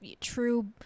true